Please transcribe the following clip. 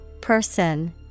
Person